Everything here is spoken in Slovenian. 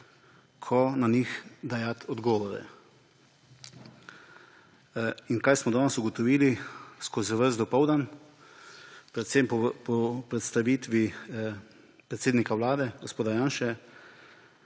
kot na njih dajati odgovore. In kaj smo danes ugotovili skozi ves dopoldan, predvsem po predstavitvi predsednika Vlade, gospoda Janše?